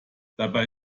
dabei